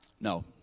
no